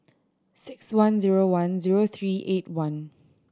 six one zero one zero three eight one